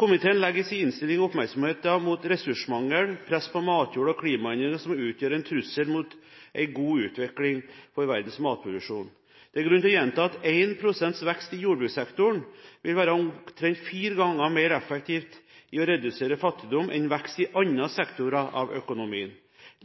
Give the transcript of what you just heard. Komiteen retter i sin innstilling oppmerksomheten mot ressursmangel, press på matjord og klimaendringer som utgjør en trussel mot en god utvikling for verdens matproduksjon. Det er grunn til å gjenta at 1 pst. vekst i jordbrukssektoren vil være omtrent fire ganger mer effektivt i å redusere fattigdom enn vekst i andre sektorer av økonomien.